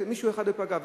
שאדם אחד לא ייפגע.